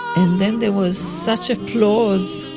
and then there was such applause.